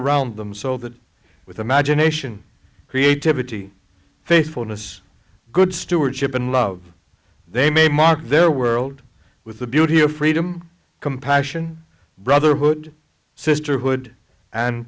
around them so that with imagination creativity faithfulness good stewardship and love they may mark their world with the beauty of freedom compassion brotherhood sisterhood and